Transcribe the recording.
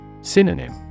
Synonym